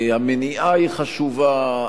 המניעה היא חשובה,